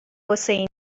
حسینی